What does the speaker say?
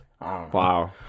Wow